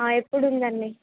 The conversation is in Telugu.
ఆ ఎప్పుడుందండి